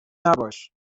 نباش